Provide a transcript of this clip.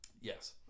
Yes